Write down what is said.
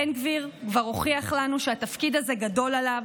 בן גביר כבר הוכיח לנו שהתפקיד הזה גדול עליו,